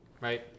Right